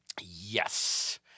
Yes